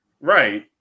Right